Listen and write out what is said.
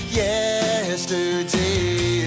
yesterday